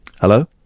Hello